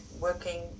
working